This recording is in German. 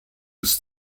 des